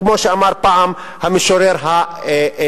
כמו שאמר פעם המשורר הקריבי.